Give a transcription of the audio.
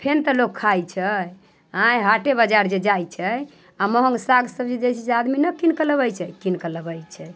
फेर तऽ लोक खाइ छै आँय हाटे बाजार जे जाइ छै आ महँग साग सब्जी दैत छै तऽ आदमी नहि कीन कऽ लबै छै कीन कऽ लबै छै